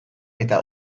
eta